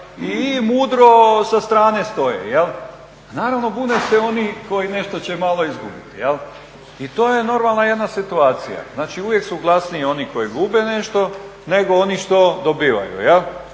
i mudro sa strane stoje. Naravno bune se oni koji nešto će malo izgubiti i to je normalno jedna situacija. Znači uvijek su glasniji oni koji gube nešto nego oni što dobivaju.